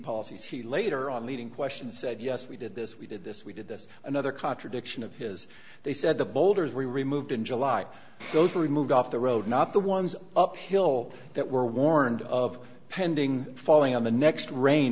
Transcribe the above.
policies he later on leading questions said yes we did this we did this we did this another contradiction of his they said the bowlders we removed in july those were removed off the road not the ones up hill that were warned of pending falling on the next rain